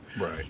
Right